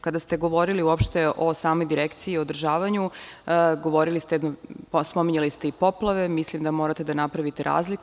Kada ste govorili uopšte o samo Direkciji, o održavanju, govorili ste, pominjali ste i poplave, mislim da morate da napravite razliku.